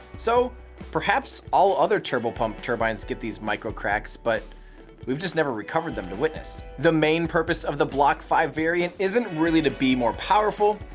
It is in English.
so perhaps all other turbopump turbines get these micro cracks, but we've just never recovered them to witness! the main purpose of this block five variant isn't really to be more powerful,